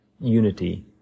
unity